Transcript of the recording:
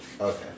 Okay